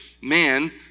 man